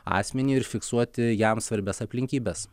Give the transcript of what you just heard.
asmenį ir fiksuoti jam svarbias aplinkybes